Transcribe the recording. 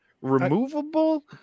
removable